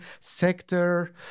sector